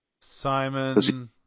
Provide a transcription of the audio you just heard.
Simon